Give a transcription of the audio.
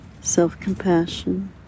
self-compassion